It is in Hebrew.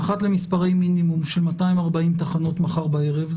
האחת למספרי מינימום של 240 תחנות מחר בערב.